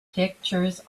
pictures